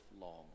long